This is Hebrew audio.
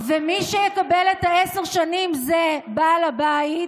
מי שיקבל את עשר השנים זה בעל הבית,